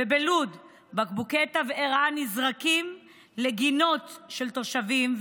ובלוד בקבוקי תבערה נזרקים לגינות של תושבים,